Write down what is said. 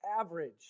average